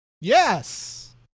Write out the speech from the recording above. Yes